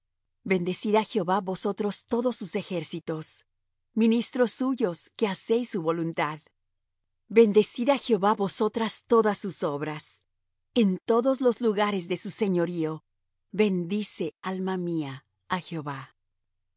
á jehová vosotros todos sus ejércitos ministros suyos que hacéis su voluntad bendecid á jehová vosotras todas sus obras en todos los lugares de su señorío bendice alma mía á jehová